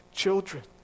children